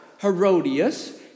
Herodias